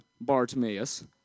Bartimaeus